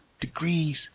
degrees